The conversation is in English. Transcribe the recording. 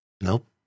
Nope